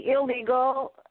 illegal